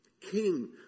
King